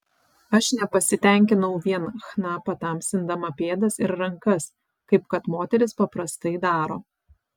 aš nepasitenkinau vien chna patamsindama pėdas ir rankas kaip kad moterys paprastai daro